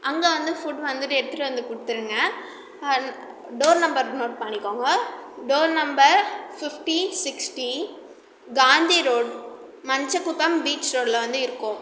அங்கே வந்து ஃபுட் வந்துவிட்டு எடுத்துட்டு வந்து கொடுத்துருங்க டோர் நம்பர் நோட் பண்ணிக்கங்க door number fifty sixty Gandhi road Manjakuppam beach ரோட்டில் வந்து இருக்கோம்